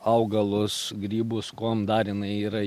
augalus grybus kuom dar jinai yra